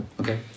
okay